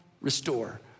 restore